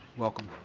welcome.